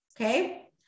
okay